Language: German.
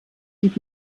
blieb